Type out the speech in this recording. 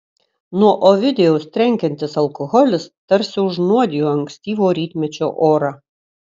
nuo ovidijaus trenkiantis alkoholis tarsi užnuodijo ankstyvo rytmečio orą